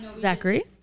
Zachary